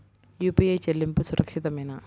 UPI చెల్లింపు సురక్షితమేనా?